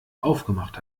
aufgemacht